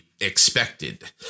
expected